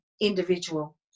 individual